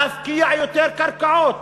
להפקיע יותר קרקעות.